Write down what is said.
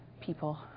people